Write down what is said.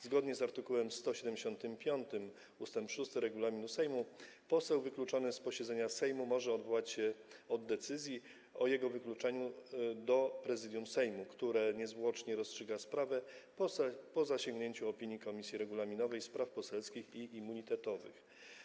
Zgodnie z art. 175 ust. 6 regulaminu Sejmu poseł wykluczony z posiedzenia Sejmu może odwołać się od decyzji o jego wykluczeniu do Prezydium Sejmu, które niezwłocznie rozstrzyga sprawę po zasięgnięciu opinii Komisji Regulaminowej, Spraw Poselskich i Immunitetowych.